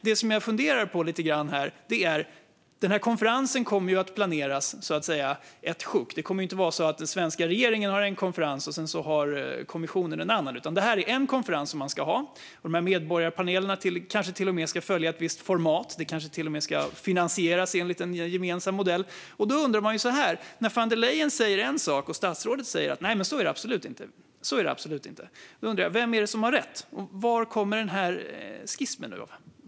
Det som jag funderade på lite grann här är att konferensen kommer att planeras i ett sjok. Det kommer inte att vara så att den svenska regeringen har en konferens och sedan har kommissionen en annan. Det är en konferens som man ska ha. Medborgarpanelerna kanske till och med ska följa ett visst format. De kanske till och med ska finansieras enligt en gemensam modell. von der Leyen säger en sak, och statsrådet säger: Så är det absolut inte. Vem är det som har rätt? Var kommer schismen från?